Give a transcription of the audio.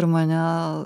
ir mane